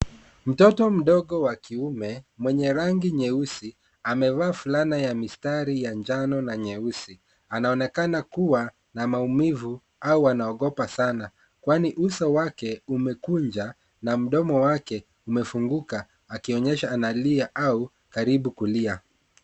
Mtoto mdogo wa kiume, mwenye rangi nyeusi amevaa fulana ya mistari ya njano na nyeusi, anaonekana kuwa na maumivu au anaogopa sana. Kwani uso wake umekunja na mdomo wake umefunguka, akionyesha analia au karibu kulia.